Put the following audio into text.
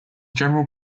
general